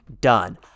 done